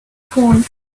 phone